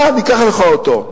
אתה, ניקח לך אותו.